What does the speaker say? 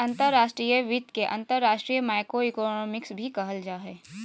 अंतर्राष्ट्रीय वित्त के अंतर्राष्ट्रीय माइक्रोइकोनॉमिक्स भी कहल जा हय